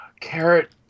carrot